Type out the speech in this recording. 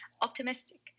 optimistic